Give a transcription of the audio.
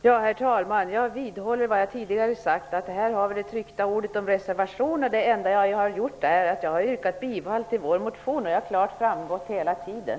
Herr talman! Jag vidhåller det som jag tidigare har sagt. Det tryckta ordet om reservation finns. Det enda jag har gjort är att jag har yrkat bifall till Ny demokratis motion, vilket klart har framgått hela tiden.